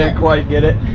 ah quite get it.